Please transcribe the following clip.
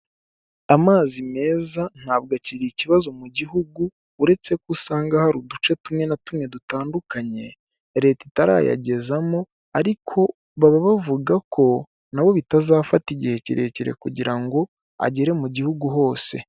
Amazi meza ntabwo akiri ikibazo mu gihugu, uretse ko usanga hari uduce tumwe na tumwe dutandukanye Leta itarayagezamo, ariko baba bavuga ko nabo bitazafata igihe kirekire kugira ngo agere mu gihugu hose.